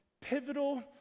pivotal